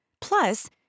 Plus